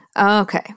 Okay